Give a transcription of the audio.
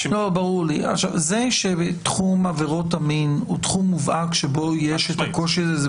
זה שתחום עבירות המין הוא תחום מובהק שבו יש את הקושי הזה,